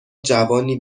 جوانی